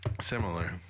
Similar